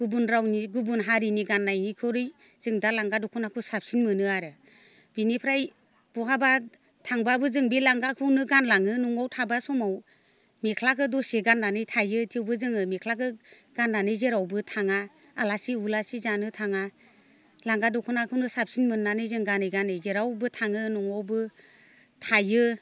गुबुन रावनि गुबुन हारिनि गाननायनिख्रिइ जों दा लांगा दखनाखौ साबसिन मोनो आरो बिनिफ्राय बहाबा थांबाबो जों बे लांगाखौनो गानलाङो न'आव थाबा समाव मेख्लाखौ दसे गाननानै थायो थेवबो जोङो मेख्लाखो गाननानै जेरावबो थाङा आलासि उलासि जानो थाङा लांगा दखनाखौनो साबसिन मोननानै जों गानै गानै जेरावबो थाङो न'आवबो थायो